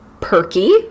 perky